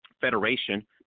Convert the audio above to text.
federation